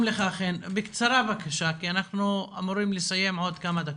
ממש בקצרה, כי אנחנו אמורים לסיים בעוד כמה דקות.